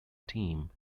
team